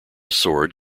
sword